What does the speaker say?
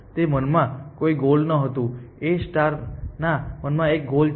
તેના મનમાં કોઈ ગોલ નહોતું A ના મનમાં એક ગોલ છે